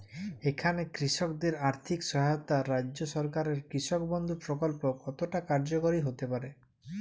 এখানে কৃষকদের আর্থিক সহায়তায় রাজ্য সরকারের কৃষক বন্ধু প্রক্ল্প কতটা কার্যকরী হতে পারে?